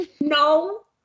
No